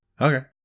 Okay